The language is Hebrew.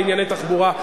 על ענייני תחבורה,